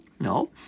No